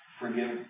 forgive